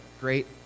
great